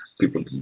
people